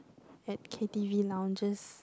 at K_T_V lounges